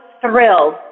Thrilled